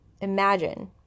imagine